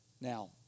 Now